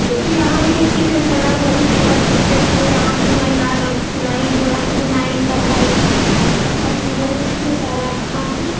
इहाँके चित्रकला बहुते प्रसिद्ध छै इहाँके महिला लोग सिलाइ बुनाइ बुनाइ कढ़ाइ आओर भी बहुत सारा काम